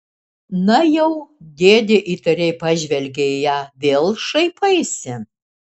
na jau dėdė įtariai pažvelgė į ją vėl šaipaisi